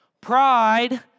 Pride